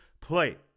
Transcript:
play